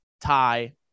tie